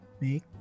make